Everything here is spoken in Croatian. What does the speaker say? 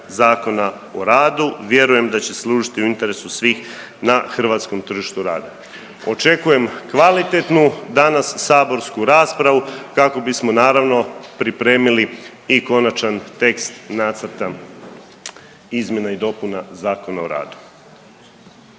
Zakona o radu, vjerujem da će služiti u interesu svih na hrvatskom tržištu rada. Očekujem kvalitetnu danas saborsku raspravu kako bismo naravno pripremili i konačan tekst nacrta izmjena i dopuna Zakona o radu.